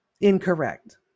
incorrect